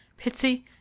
Pitsy